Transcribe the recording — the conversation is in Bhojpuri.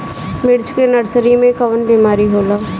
मिर्च के नर्सरी मे कवन बीमारी होला?